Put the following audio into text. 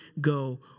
go